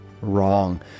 wrong